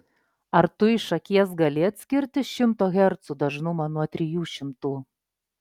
ar tu iš akies gali atskirti šimto hercų dažnumą nuo trijų šimtų